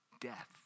Death